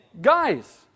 Guys